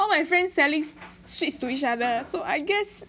all my friends selling sweets to each other so I guess